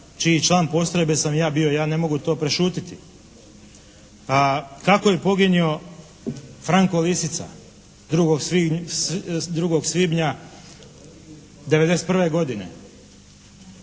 čiji član postrojbe sam ja bio? Ja ne mogu to prešutiti. Kako je poginuo Franko Lisica 2. svibnja 1991. godine?